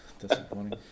disappointing